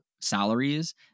salaries